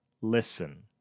Listen